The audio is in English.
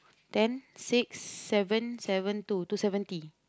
ten six seven seven two two seventy